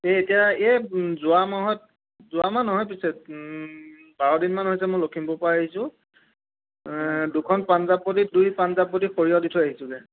এই এতিয়া এই যোৱা মাহত যোৱা মাহ নহয় পিছে বাৰদিনমান হৈছে মই লখিমপুৰৰ পৰা আহিছোঁ দুখন পাঞ্জাৱ বডি দুই পাঞ্জাৱ বডি সৰিয়হ দি থৈ আহিছোঁগে